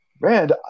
Rand